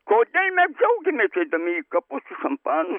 kodėl mes džiaugiamės eidami į kapus su šampanu